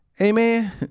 amen